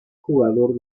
jugador